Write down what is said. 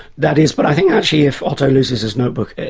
that is, but i think actually if otto loses his notebook,